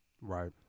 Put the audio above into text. Right